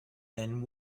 and